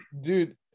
Dude